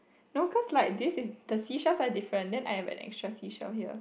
no cause like this is the seashells are different then I have an extra seashell here